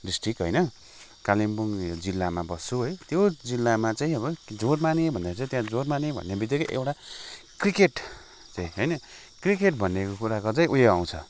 district होइन कालिम्पोन जिल्लामा बस्छु है त्यो जिल्लामा चाहिँ अब जोरमाने भन्दा चाहिँ जोरमाने भन्ने बित्तिकै एउटा क्रिकेट होइन क्रिकेट भन्ने कुराको चाहिँ उयो आउँछ